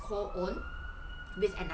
co-own with another